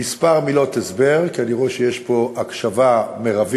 כמה מילות הסבר, כי אני רואה שיש פה הקשבה מרבית.